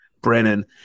Brennan